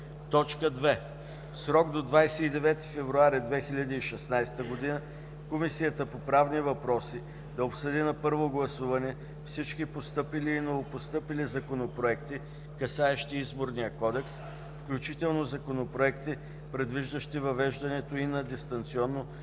2. В срок до 29 февруари 2016 г. Комисията по правни въпроси да обсъди на първо гласуване всички постъпили и новопостъпили законопроекти, касаещи Изборния кодекс, включително законопроекти, предвиждащи въвеждането и на дистанционно